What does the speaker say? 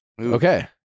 Okay